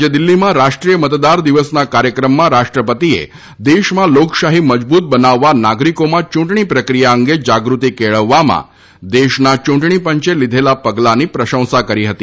આજે દિલ્હીમાં રાષ્ટ્રીય મતદાર દિવસના કાર્યક્રમમાં રાષ્ટ્રપતિએ દેશમાં લોકશાહી મજબ્રત બનાવવા નાગરિકોમાં ચૂંટણી પ્રક્રિયા અંગે જાગૃતિ કેળવવામાં દેશના યૂંટણીપંચે લીધેલા પગલાની પ્રશંસા કરી હતી